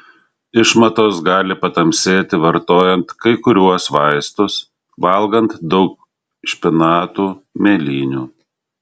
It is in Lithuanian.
išmatos gali patamsėti vartojant kai kuriuos vaistus valgant daug špinatų mėlynių